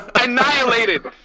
annihilated